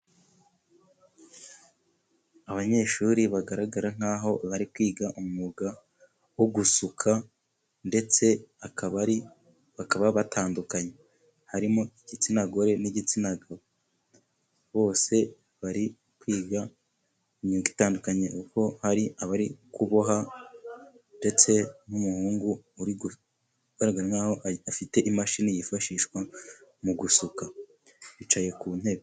Abanyeshuri bagaragara nk'aho bari kwiga umwuga wo gusuka, ndetse bakaba batandukanye harimo igitsina gore n'igitsina gabo, bose bari kwiga imyuga itandukanye kuko hari abari kuboha, ndetse n'umuhungu ugaragara nk'aho afite imashini yifashishwa mu gusuka, bicaye ku ntebe.